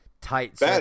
tight